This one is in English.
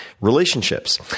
relationships